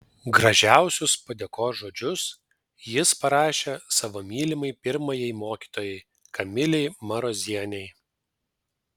gražiausius padėkos žodžius jis parašė savo mylimai pirmajai mokytojai kamilei marozienei